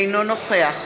אינו נוכח